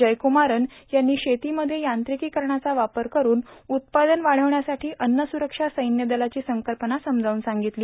जयक्रूमारन यांनी शेतीमध्ये यांत्रिकीकरणाचा वापर करून उत्पादन वाढविण्यासाठी अन्नसुरक्षा सैन्यदलाची संकल्पना समजाऊन सांगितली